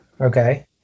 Okay